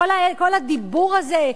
כל הדיבור הזה,